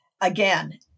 again